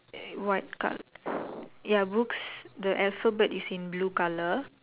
err what colour ya books the alphabet is in blue colour